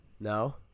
No